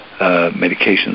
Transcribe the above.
medications